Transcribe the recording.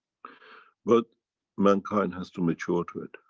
but mankind has to mature to it.